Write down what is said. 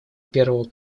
первого